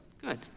Good